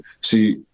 See